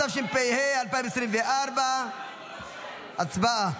התשפ"ה 2024. הצבעה.